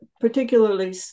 particularly